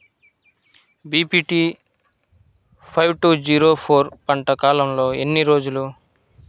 BPT five two zero four పంట కాలంలో ఎన్ని రోజులు?